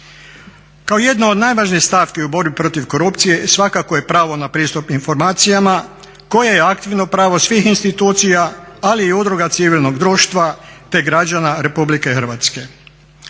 Kao jedna od najvažnijih stavki u borbi protiv korupcije svakako je pravo na pristup informacijama koje je aktivno pravo svih institucija, ali i udruga civilnog društva, te građana RH.